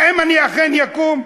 האם אני אכן אקום?